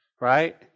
right